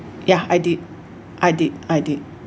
ya I did I did I did